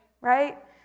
right